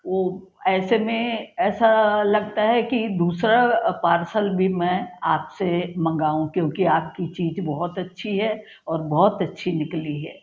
वो ऐसे में ऐसा लगता है कि दूसरा पार्सल भी मैं आप से मंगाऊँ क्योंकि आप की चीज़ बहुत अच्छी है और बहुत अच्छी निकली है